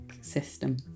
system